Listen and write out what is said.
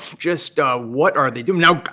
just what are they doing? now,